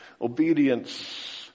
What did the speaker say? obedience